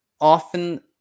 often